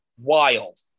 wild